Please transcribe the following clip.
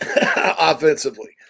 offensively